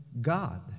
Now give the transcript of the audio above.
God